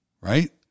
right